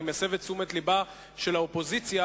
אני מסב את תשומת לבה של האופוזיציה